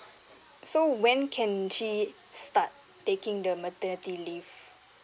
so when can she start taking the maternity leave